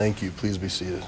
thank you please be se